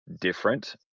different